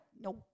no